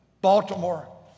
Baltimore